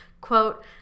Quote